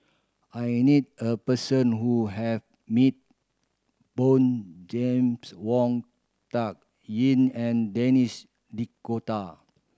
I need a person who have meet James Wong Tuck Yim and Denis D'Cotta